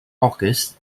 august